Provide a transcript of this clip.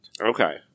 Okay